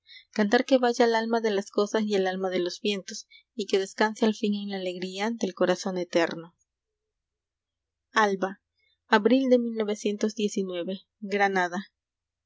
cantar que vaya al alma de las cosas y al alma de los vientos y que descanse al fin en la alegría del corazón eterno